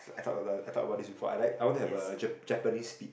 I talk about I talk about this before I like I want to have a Japanese Spitz